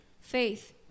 Faith